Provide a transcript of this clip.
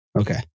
Okay